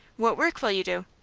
what work will you do?